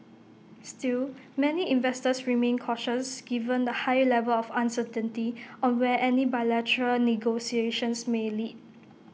still many investors remained cautious given the high level of uncertainty on where any bilateral negotiations may lead